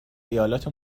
ایالت